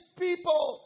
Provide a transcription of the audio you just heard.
people